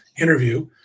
interview